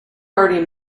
already